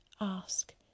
ask